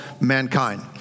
mankind